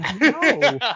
No